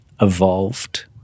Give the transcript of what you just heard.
evolved